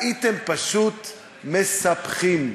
הייתם פשוט מספחים.